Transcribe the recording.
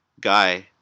Guy